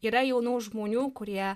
yra jaunų žmonių kurie